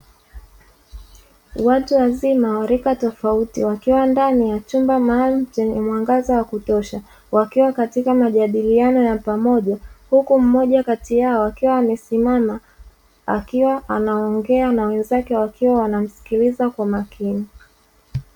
Watu wazima wa rika tofauti wakiwa ndani ya chumba maalumu chenye mwangaza wa kutosha, wakiwa katika majadiliano ya pamoja, huku mmoja kati yao akiwa amesimama akiwa anaongea na wenzake wakiwa wanamsikiliza kwa makini.